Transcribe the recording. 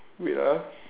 wait ah